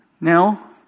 Now